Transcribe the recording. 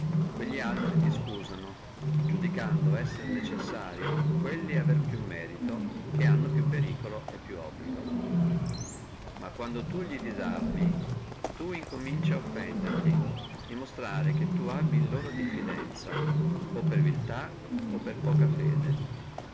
quelli altri ti scusano iudicando essere necessario quelli avere più merito che hanno più periculo e più obligo ma quando tu li disarmi tu cominci ad offenderli monstri che tu abbi in loro diffidenzia o per viltà o per poca fede